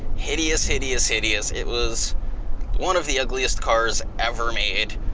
hideous, hideous, hideous. it was one of the ugliest cars ever made.